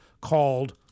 called